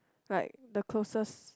like the closest